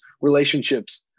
relationships